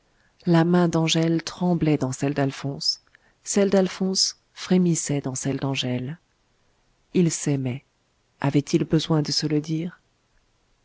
la main d'angèle tremblait dans celle d'alphonse celle d'alphonse frémissait dans celle d'angèle ils s'aimaient avaient-ils besoin de se le dire